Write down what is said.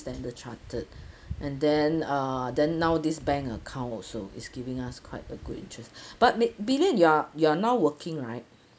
standard chartered and then uh then now this bank account also is giving us quite a good interest but b~ bee lian you're you're now working right